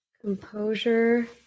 Composure